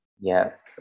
yes